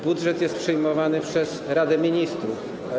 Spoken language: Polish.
Budżet jest przyjmowany przez Radę Ministrów.